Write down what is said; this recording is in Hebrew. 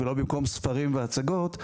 ספרים והצגות,